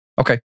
Okay